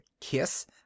kiss